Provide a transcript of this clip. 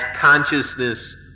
consciousness